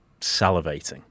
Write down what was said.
salivating